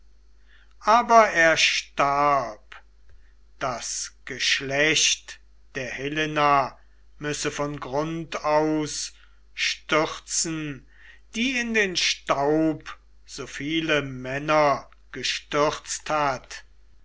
aber er starb das geschlecht der helena müsse von grundaus stürzen die in den staub so viele männer gestürzt hat